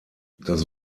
das